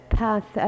path